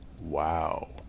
Wow